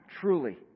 Truly